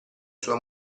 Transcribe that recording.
sua